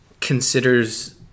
considers